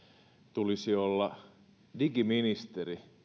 tulisi olla digiministeri